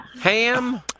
Ham